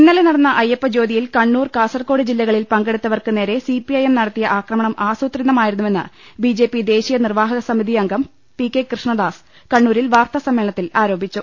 ഇന്നലെ നടന്ന അയ്യപ്പ ജ്യോതിയിൽ കണ്ണൂർ കാസർകോട് ജില്ലകളിൽ പ്രങ്കെടുത്തവർക്ക് നേരെ സിപിഐഎം ആസൂത്രിതമായിരുന്നുവെന്ന് ബിജെപി ദേശീയ നിർവാഹക സമിതി അംഗം പി കെ കൃഷ്ണദാസ് കണ്ണൂരിൽ വാർത്താസമ്മേളനത്തിൽ ആരോപിച്ചു